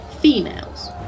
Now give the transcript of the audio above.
females